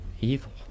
Evil